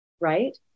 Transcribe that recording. right